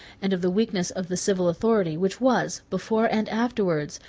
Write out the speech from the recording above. and of the weakness of the civil authority, which was, before and afterwards,